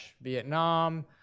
Vietnam